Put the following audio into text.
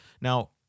Now